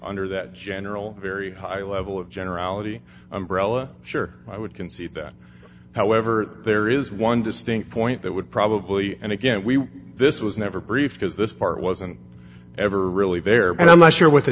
under that general very high level of generality umbrella sure i would concede that however there is one distinct point that would probably and again we this was never brief because this part wasn't ever really there and i'm not sure what the